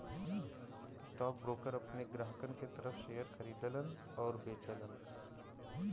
stockbroker अपने ग्राहकन के तरफ शेयर खरीदलन आउर बेचलन